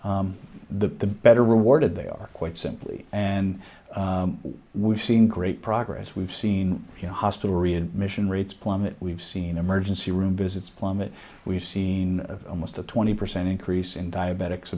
the better rewarded they are quite simply and we've seen great progress we've seen hospital readmission rates plummet we've seen emergency room visits plummet we've seen almost a twenty percent increase in diabetics